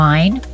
Wine